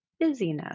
busyness